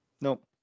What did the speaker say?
Nope